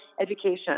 education